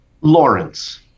Lawrence